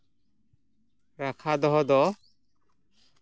ᱨᱟᱠᱷᱟ ᱫᱚᱦᱚ ᱫᱚ